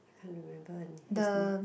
I can't remember his name